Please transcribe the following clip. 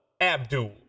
Abdul